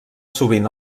sovint